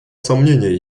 сомнения